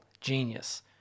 genius